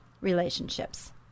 relationships